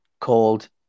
called